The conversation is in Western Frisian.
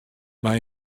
mei